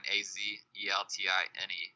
A-Z-E-L-T-I-N-E